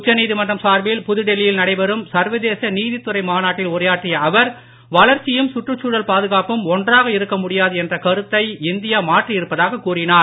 உச்ச நீதிமன்றம் சார்பில் புதுடில்லி யில் நடைபெறும் சர்வதேச நீதித்துறை மாநாட்டில் உரையாற்றிய அவர் வளர்ச்சியும் சுற்றுச்சூழல் பாதுகாப்பும் ஒன்றாக இருக்கமுடியாது என்ற கருத்தை இந்தியா மாற்றி இருப்பதாகக் கூறினார்